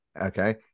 Okay